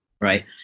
right